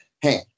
Hey